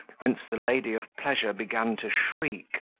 whence the lady of pleasure began to shriek.